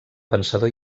pensador